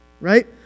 right